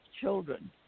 children